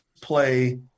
play